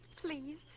Please